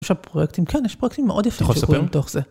יש הפרויקטים כן יש פרויקטים מאוד יפים שקורים תוך זה.